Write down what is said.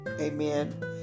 Amen